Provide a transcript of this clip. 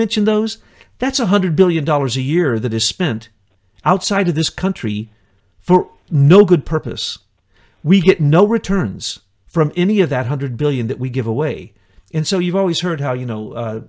mention those that's one hundred billion dollars a year that is spent outside of this country for no good purpose we get no returns from any of that hundred billion that we give away and so you've always heard how you know